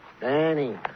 Danny